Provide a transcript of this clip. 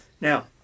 Now